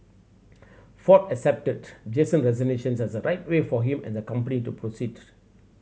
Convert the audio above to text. Ford accepted Jason's resignation as the right way for him and the company to proceed